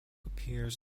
appears